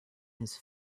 his